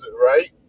right